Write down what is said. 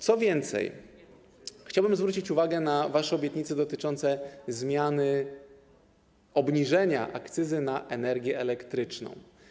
Co więcej, chciałem zwrócić uwagę na wasze obietnice dotyczące obniżenia akcyzy na energię elektryczną.